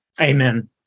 Amen